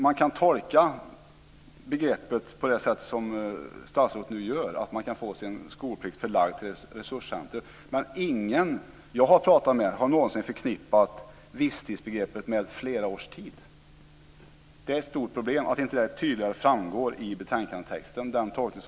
Man kan tolka begreppet på det sätt som statsrådet gör, att man kan få sin skolplikt förlagd till ett resurscenter. Men ingen som jag har pratat med har någonsin förknippat visstidsbegreppet med flera års tid. Den tolkning som statsrådet Wärnersson har gjort borde framgå mer av betänkandetexten.